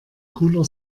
cooler